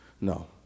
no